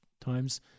times